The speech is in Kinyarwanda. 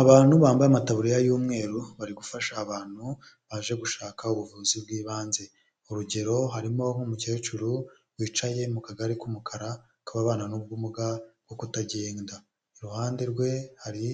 Abantu bambaye amataburiya y'umweru bari gufasha abantu baje gushaka ubuvuzi bw'ibanze, urugero harimo nk'umukecuru wicaye mu kagari k'umukara k'ababana n'ubumuga bwo kutagenda, iruhande rwe hari